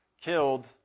killed